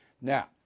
now